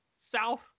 South